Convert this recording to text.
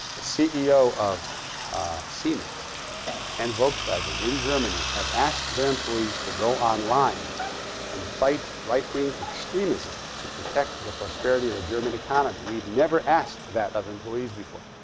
the ceo of siemens and volkswagen in germany have asked their employees to go online and fight right wing extremism to protect the prosperity of the german economy. economy. we've never asked that of employees before.